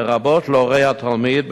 לרבות להורי התלמיד,